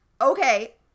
Okay